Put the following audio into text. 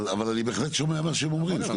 אבל, אני בהחלט שומע את מה שהם אומרים.